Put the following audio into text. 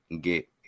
get